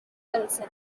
wilson